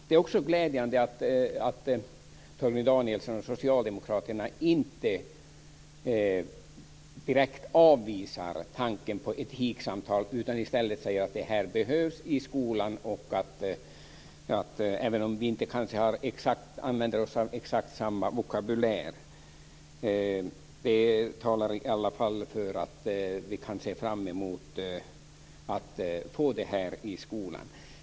Det är också glädjande att Torgny Danielsson och socialdemokraterna inte direkt avvisar tanken på etiksamtal utan i stället säger att det här behövs i skolan, även om vi inte använder oss av exakt samma vokabulär. Det talar i alla fall för att vi kan se fram emot att det blir etiksamtal i skolan.